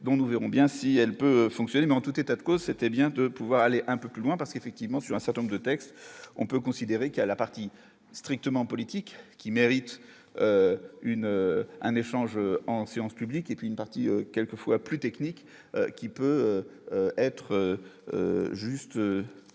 dont nous verrons bien si elle peut fonctionner, mais en tout état de cause, c'était bien de pouvoir aller un peu plus loin parce qu'effectivement sur un certain nombre de textes, on peut considérer qu'il y a la partie strictement politique qui mérite une un échange en séance publique et qu'une partie, quelquefois plus technique qui peut être juste